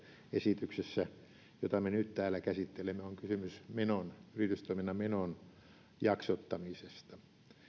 esityksessä jota me nyt täällä käsittelemme on kysymys yritystoiminnan menon jaksottamisesta